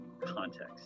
context